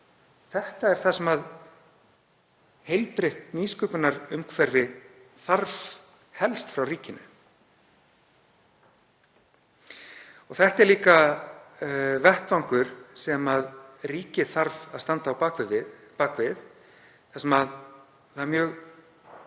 aðila, er það sem heilbrigt nýsköpunarumhverfi þarf helst frá ríkinu. Þetta er líka vettvangur sem ríkið þarf að standa á bak við þar sem það er mjög